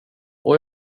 och